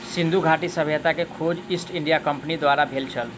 सिंधु घाटी सभ्यता के खोज ईस्ट इंडिया कंपनीक द्वारा भेल छल